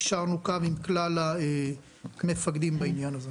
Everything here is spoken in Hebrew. יישרנו קו עם כלל המפקדים בעניין הזה.